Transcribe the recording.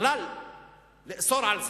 בכלל לאסור את זה.